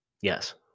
Yes